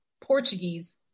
portuguese